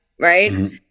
right